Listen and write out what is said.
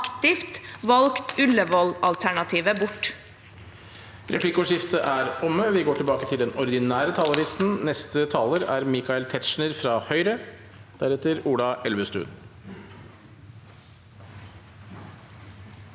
aktivt valgt Ullevål-alternativet bort.